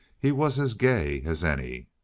he was as gay as any.